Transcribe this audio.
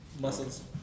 muscles